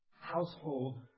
household